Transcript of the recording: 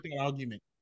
argument